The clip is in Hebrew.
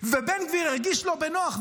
ובן גביר הרגיש לא בנוח,